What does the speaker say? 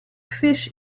fish